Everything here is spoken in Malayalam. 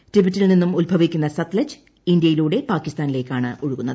ടിബറ്റിൽ നിന്നും ഉത്ഭവിക്കുന്ന സത്ലജ് ഇന്ത്യയിലൂടെ പാകിസ്ഥാനിലേക്കാണ് ഒഴുകുന്നത്